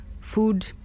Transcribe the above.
food